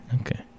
okay